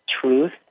truth